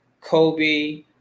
Kobe